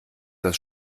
das